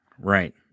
Right